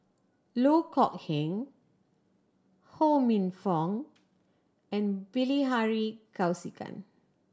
Loh Kok Heng Ho Minfong and Bilahari Kausikan